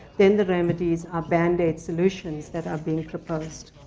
then the remedies are band-aid solutions that are being proposed.